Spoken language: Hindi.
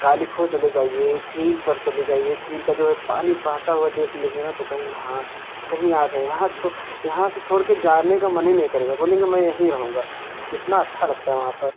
कालीखो चले जाइए झील पर चले जाइए झील का जो पानी बहता हुआ देख लेंगे ना तो कहेंगे हाँ कहीं आ गए हैं यहाँ छोड़ यहाँ से छोड़कर जाने का मन ही नहीं करेगा बोलेंगे मैं यहीं रहूँगा इतना अच्छा लगता है वहाँ पर